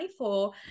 24